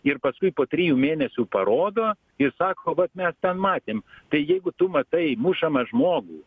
ir paskui po trijų mėnesių parodo ir sako vat mes ten matėm tai jeigu tu matai mušamą žmogų